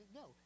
no